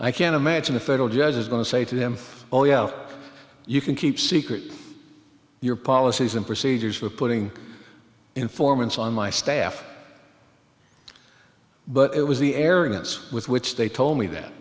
i can't imagine a federal judge is going to say to him oh yeah you can keep secret your policies and procedures for putting informants on my staff but it was the arrogance with which they told me that